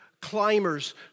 climbers